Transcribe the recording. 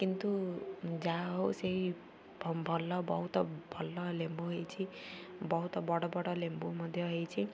କିନ୍ତୁ ଯାହା ହଉ ସେଇ ଭଲ ବହୁତ ଭଲ ଲେମ୍ବୁ ହେଇଛି ବହୁତ ବଡ଼ ବଡ଼ ଲେମ୍ବୁ ମଧ୍ୟ ହେଇଛି